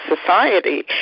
society